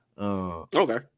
Okay